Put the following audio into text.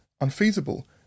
unfeasible